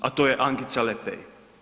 A to je Ankica Lepej.